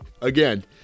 again